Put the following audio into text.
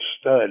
stud